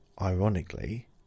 Ironically